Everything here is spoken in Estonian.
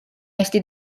eesti